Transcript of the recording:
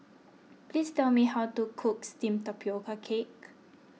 please tell me how to cook Steamed Tapioca Cake